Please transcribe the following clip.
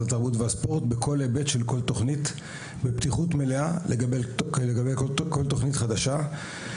התרבות והספורט כל היבט של כל תוכנית בפתיחות מלאה לגבי כל תוכנית חדשה.